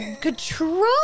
control